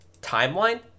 timeline